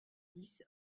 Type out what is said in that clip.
dix